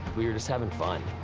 we were just having fun.